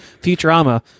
futurama